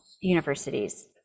universities